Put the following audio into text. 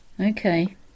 Okay